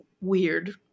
weird